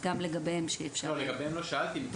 לגביהם לא שאלתי.